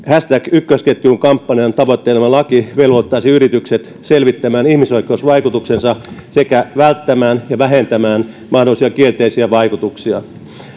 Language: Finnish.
ykkösketjuun kampanjan tavoittelema laki velvoittaisi yritykset selvittämään ihmisoikeusvaikutuksensa sekä välttämään ja vähentämään mahdollisia kielteisiä vaikutuksia